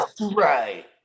Right